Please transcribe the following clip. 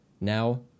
now